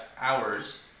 hours